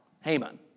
Haman